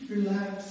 Relax